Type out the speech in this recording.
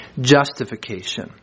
justification